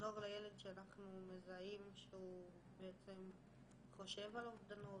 לילד שאנחנו מזהים שהוא בעצם חושב על אובדנות,